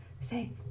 say